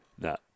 No